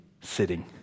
sitting